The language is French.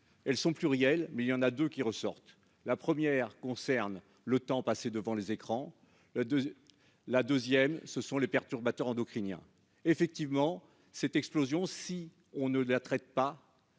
elles sont. Mais il y en a 2 qui ressortent. La première concerne le temps passé devant les écrans de la 2ème ce sont les perturbateurs endocriniens effectivement cette explosion. Si on ne la traite pas.